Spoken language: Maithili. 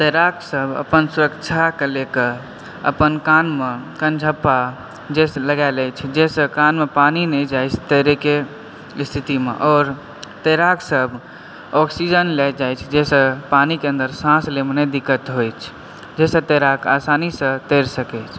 तैराक सब अपन सुरक्षाके लए कऽ अपन कान मे कनझप्पा लगा लै छै जाहिसॅं कान मे पानि नहि जाइत अछि तैरे के स्थिति मे आओर तैराक सब ऑक्सिजन लए जाइत छथि जाहिसॅं पानि के अन्दर साँस लय मे नहि दिक्कत होइत अछि जाहिसॅं तैराक आसानी सॅं तैर सकैत अछि